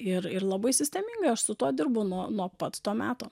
ir ir labai sistemingai aš su tuo dirbu nuo nuo pat to meto